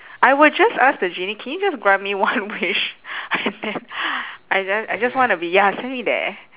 I would just ask the genie can you just grant me one wish and then I just I just want to be ya send me there